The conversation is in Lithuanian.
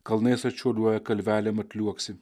kalnais atšuoliuoja kalvelėm atliuoksi